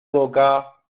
boca